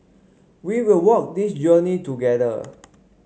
we will walk this journey together